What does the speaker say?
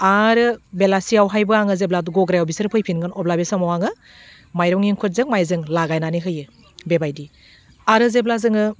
आरो बेलासियावहायबो आङो जेब्ला गग्रायाव बिसोर फैफिनगोन अब्ला बे समाव आङो माइरं एंखुरजों माइजों लागायनानै होयो बेबायदि आरो जेब्ला जोङो